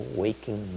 waking